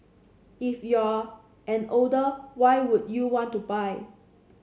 if you're an older why would you want to buy